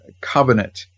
covenant